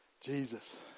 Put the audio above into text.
Jesus